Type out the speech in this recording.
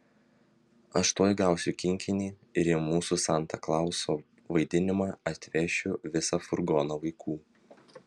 aš tuoj gausiu kinkinį ir į mūsų santa klauso vaidinimą atvešiu visą furgoną vaikų